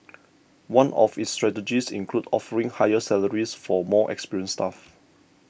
one of its strategies includes offering higher salaries for more experienced staff